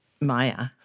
Maya